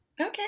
Okay